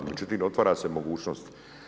Međutim, otvara se mogućnost.